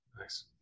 Nice